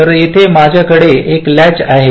तर येथे माझ्या कडे एक लॅच आहे